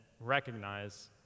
recognize